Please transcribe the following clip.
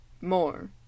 more